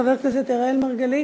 חבר הכנסת אראל מרגלית,